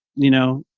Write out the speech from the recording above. you know,